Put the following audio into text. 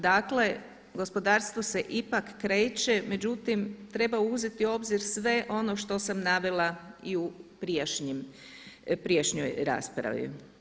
Dakle gospodarstvo se ipak kreće, međutim treba uzeti u obzir sve ono što sam navela i u prijašnjoj raspravi.